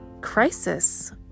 crisis